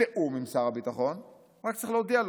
עם שר הביטחון"; רק צריך להודיע לו.